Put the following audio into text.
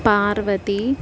Parvati